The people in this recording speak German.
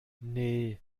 nee